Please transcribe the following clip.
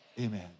Amen